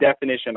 definition